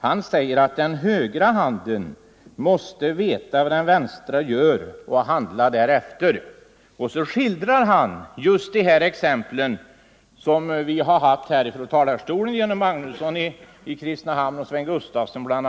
Han säger att den högra handen måste veta vad den vänstra gör och handla därefter, och så skildrar han precis de här fallen som vi har fått som exempel från talarstolen av bl.a. herr Magnusson i Kristinehamn och herr Sven Gustafson i Göteborg.